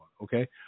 okay